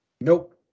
Nope